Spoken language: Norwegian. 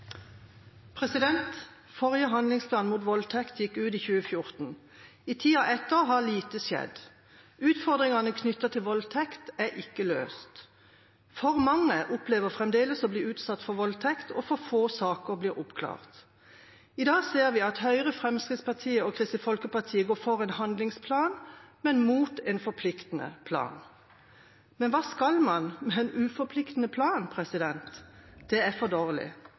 Forrige handlingsplan mot voldtekt gikk ut i 2014. I tida etter har lite skjedd. Utfordringene knyttet til voldtekt er ikke løst. For mange opplever fremdeles å bli utsatt for voldtekt, og for få saker blir oppklart. I dag ser vi at Høyre, Fremskrittspartiet og Kristelig Folkeparti går for en handlingsplan, men imot en forpliktende plan. Men hva skal man med en uforpliktende plan? Det er for dårlig.